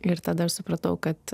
ir tada aš supratau kad